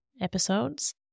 episodes